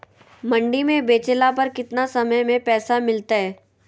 मंडी में बेचला पर कितना समय में पैसा मिलतैय?